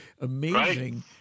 amazing